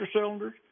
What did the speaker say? cylinders